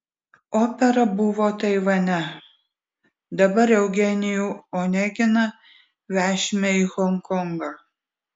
opera buvo taivane dabar eugenijų oneginą vešime į honkongą